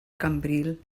cambril